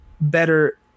better –